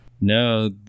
No